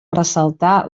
ressaltar